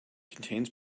contains